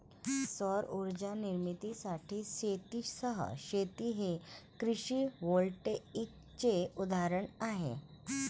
सौर उर्जा निर्मितीसाठी शेतीसह शेती हे कृषी व्होल्टेईकचे उदाहरण आहे